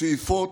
שאיפות,